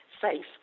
safe